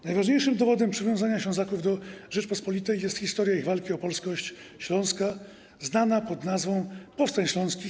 Najważniejszym dowodem przywiązania Ślązaków do Rzeczypospolitej jest historia ich walki o polskość Śląska znana pod nazwą powstań śląskich.